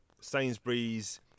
Sainsbury's